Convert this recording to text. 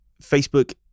Facebook